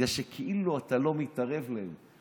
בגלל שכאילו אתה לא מתערב להם.